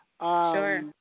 Sure